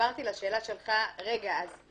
גברתי המנכ"לית, אני רוצה לומר לך את הדבר הבא.